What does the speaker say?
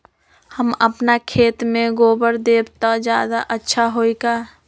हम अपना खेत में गोबर देब त ज्यादा अच्छा होई का?